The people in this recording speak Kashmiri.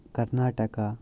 کَرناٹَکا